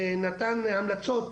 המחוז נתן המלצות